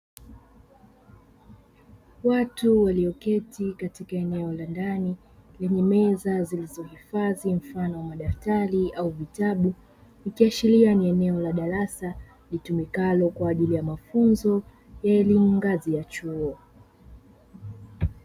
Watu walioketi katika eneo la ndani lenye meza zilizohifadhi mfano wa madaftari au vitabu, ikiashiria ni eneo la darasa litumikalo kwa ajili ya mafunzo ya elimu ngazi ya chuo.